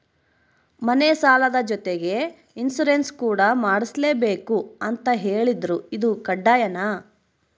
ಮನೆ ಸಾಲದ ಜೊತೆಗೆ ಇನ್ಸುರೆನ್ಸ್ ಕೂಡ ಮಾಡ್ಸಲೇಬೇಕು ಅಂತ ಹೇಳಿದ್ರು ಇದು ಕಡ್ಡಾಯನಾ?